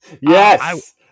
Yes